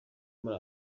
muri